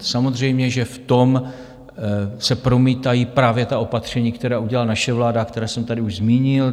Samozřejmě že v tom se promítají právě opatření, která udělala naše vláda a které jsem tady už zmínil.